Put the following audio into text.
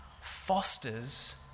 fosters